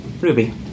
Ruby